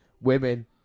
women